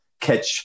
catch